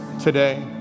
today